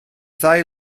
ddau